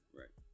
right